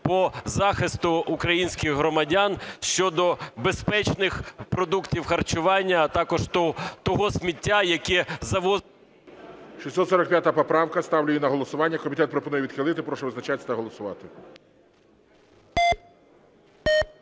по захисту українських громадян щодо безпечних продуктів харчування, а також того сміття, яке завозиться… ГОЛОВУЮЧИЙ. 645 поправка, ставлю її на голосування. Комітет пропонує відхилити. Прошу визначатись та голосувати.